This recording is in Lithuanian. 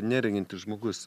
neregintis žmogus